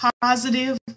positive